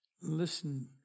listen